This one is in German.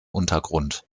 untergrund